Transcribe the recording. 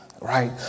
Right